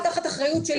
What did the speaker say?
זה נמצא תחת האחריות שלי,